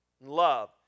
love